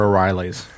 O'Reilly's